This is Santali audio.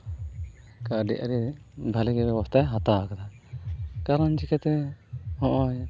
ᱠᱟᱹᱣᱰᱤ ᱟᱹᱨᱤ ᱵᱷᱟᱹᱞᱤ ᱜᱮ ᱵᱮᱵᱚᱥᱛᱟᱭ ᱦᱟᱛᱟᱣ ᱠᱟᱫᱟ ᱠᱟᱨᱚᱱ ᱪᱮᱠᱟᱛᱮ ᱦᱚᱸᱜᱼᱚᱭ